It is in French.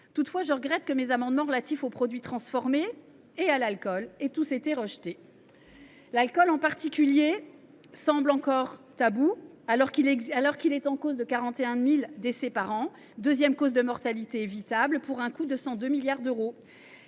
Toutefois, je regrette que mes amendements relatifs aux produits transformés et à l’alcool aient tous été rejetés. L’alcool, en particulier, semble encore tabou, alors qu’il est cause de 41 000 décès par an ; c’est la deuxième cause de mortalité évitable, pour un coût de 102 milliards d’euros.